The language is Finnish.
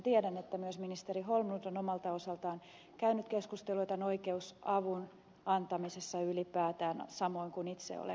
tiedän että myös ministeri holmlund on omalta osaltaan käynyt keskusteluja tämän oikeusavun antamisesta ylipäätään samoin kuin itse olen käynyt